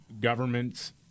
governments